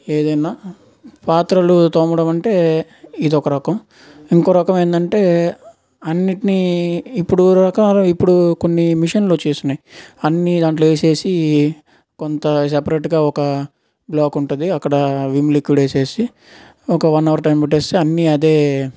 ఏదైనా పాత్రలు తోమడం అంటే ఇదొక రకం ఇంకోరకం ఏంటంటే అన్నింటినీ ఇప్పుడు రకాల ఇప్పుడు కొన్ని మిషన్లు వచ్చేసాయి అన్నీ దాంట్లో వేసేసి కొంత సపరేటుగా ఒక బ్లాక్ ఉంటుంది అక్కడ విమ్ లిక్విడ్ వేసేసి ఒక వన్ అవర్ టైం పెట్టేస్తే అన్నీ అదే